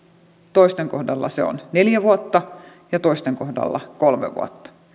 toisten kohdalla se on neljä vuotta ja toisten kohdalla kolme vuotta